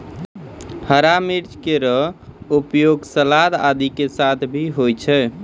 हरा मिर्च केरो उपयोग सलाद आदि के साथ भी होय छै